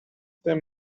them